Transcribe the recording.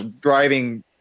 driving